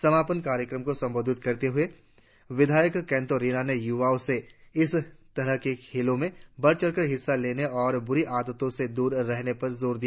समापन कार्यक्रम को संबोधित करते हुए विधायक केमतो रिना ने युवाओं से इस तरह के खेलों में बड़चड़ कर हिस्सा लेने और बुरी आदतों दूर रहने पर जोर दिया